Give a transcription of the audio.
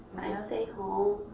i stay home,